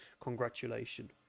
congratulation